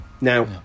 Now